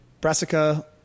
Brassica